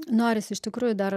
norisi iš tikrųjų dar